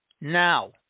Now